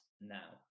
now